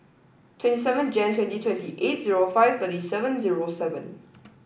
twenty seven Jan twenty twenty eight zero five thirty seven zero seven